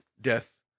Death